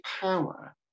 power